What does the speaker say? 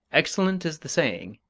excellent is the saying,